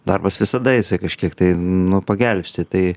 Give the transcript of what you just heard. darbas visada jisai kažkiek tai nu pagelbsti tai